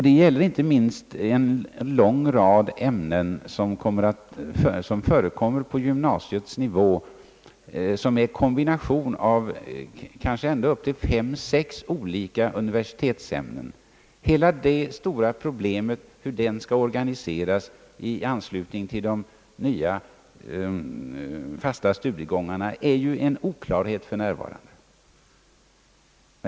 Det gäller inte minst en lång rad ämnen som förekommer på gymnasiets nivå och som är kombinationer av ända upp till fem eller sex olika universitetsämnen. Hela det stora problemet hur detta skall organiseras i anslutning till de nya, fasta studiegångarna, är ju en oklarhet för närvarande.